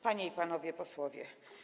Panie i Panowie Posłowie!